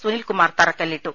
സുനിൽകുമാർ തറക്കല്ലിട്ടു